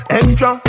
extra